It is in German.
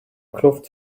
kluft